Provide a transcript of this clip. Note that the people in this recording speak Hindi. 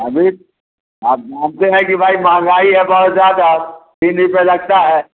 अभी आप मानते हैं कि भाई महँगाई है बहुत ज़्यादा तीन रुपए लगता है